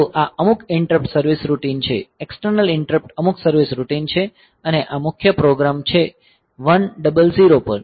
તો આ અમુક ઈંટરપ્ટ સર્વિસ રૂટીન છે એક્સટર્નલ ઈંટરપ્ટ અમુક સર્વિસ રૂટિન છે અને આ મુખ્ય પ્રોગ્રામ છે 100 પર